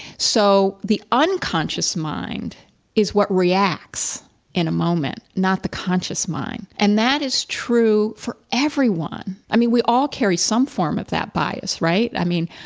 so, the unconscious mind is what reacts in a moment, not the conscious mind and that is true for everyone. i mean, we all carry some form of that bias, right? i mean,